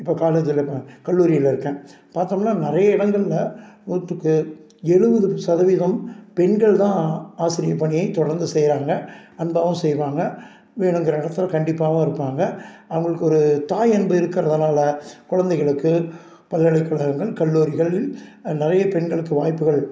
இப்போ காலேஜில் இருக்கேன் கல்லூரியில் இருக்கேன் பார்த்தோம்னா நிறைய இடங்களில் நூற்றுக்கு எழுவது சதவீதம் பெண்கள் தான் ஆசிரியர் பணியை தொடர்ந்து செய்கிறாங்க அன்பாகவும் செய்வாங்க வேணுங்கிற இடத்துல கண்டிப்பாகவும் இருப்பாங்க அவங்களுக்கு ஒரு தாய் அன்பு இருக்கிறதுனால குழந்தைகளுக்கு பல்கலைக்கழகங்கள் கல்லூரிகளில் நிறைய பெண்களுக்கு வாய்ப்புகள்